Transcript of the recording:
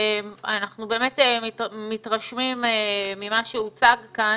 אנחנו באמת מתרשמים ממה שהוצג כאן.